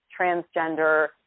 transgender